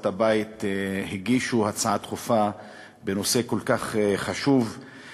הבית הגישו הצעה דחופה בנושא כל כך חשוב,